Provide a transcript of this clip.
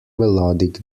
melodic